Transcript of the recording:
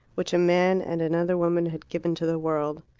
which a man and another woman had given to the world.